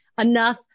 enough